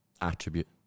attribute